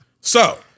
So-